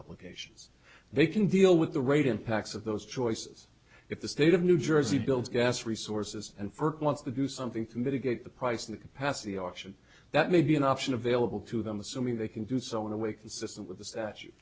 allocations they can deal with the rate impacts of those choices if the state of new jersey builds gas resources and first wants to do something to mitigate the price in the capacity auction that may be an option available to them assuming they can do so in a way consistent with the statu